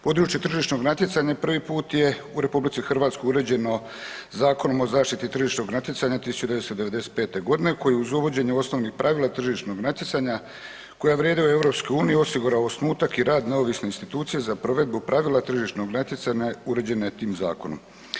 Područje tržišnog natjecanja prvi put je u RH uređeno Zakonom o zaštiti tržišnog natjecanja 1995.g. koji uz uvođenje osnovnih pravila tržišnog natjecanja koja vrijede u EU osigurava osnutak i rad neovisnih institucija za provedbu pravila tržišnog natjecanja uređene tim zakonom.